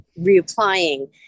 reapplying